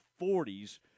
40s